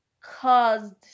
caused